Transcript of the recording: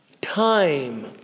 time